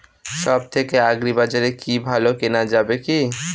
সব থেকে আগ্রিবাজারে কি ভালো কেনা যাবে কি?